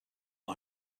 one